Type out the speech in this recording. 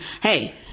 hey